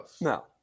No